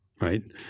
Right